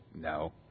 No